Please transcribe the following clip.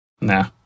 Nah